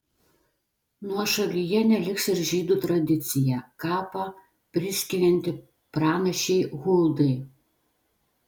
nuošalyje neliks ir žydų tradicija kapą priskirianti pranašei huldai